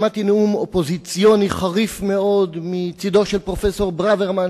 שמעתי נאום אופוזיציוני חריף מאוד מצדו של פרופסור ברוורמן,